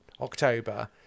October